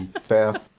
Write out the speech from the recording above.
Fair